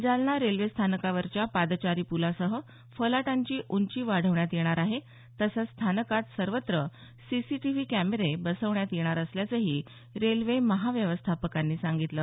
जालना रेल्वे स्थानकावरच्या पादचारी पूलासह फलाटांची उंची वाढवण्यात येणार आहे तसंच स्थानकात सर्वत्र सीसीटीव्ही कॅमेरे बसवण्यात येणार असल्याचंही रेल्वे महाव्यवस्थापकांनी सांगितलं